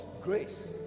grace